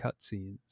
cutscenes